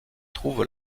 trouve